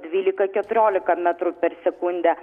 dvylika keturiolika metrų per sekundę